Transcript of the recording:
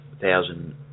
thousand